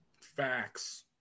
Facts